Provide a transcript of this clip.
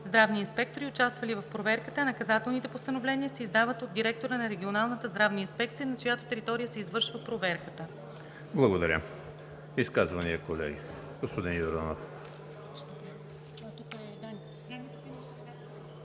здравни инспектори, участвали в проверката, а наказателните постановления се издават от директора на регионалната здравна инспекция, на чиято територия се извършва проверката.“ ПРЕДСЕДАТЕЛ ЕМИЛ ХРИСТОВ: Благодаря. Изказвания, колеги? Господин Йорданов.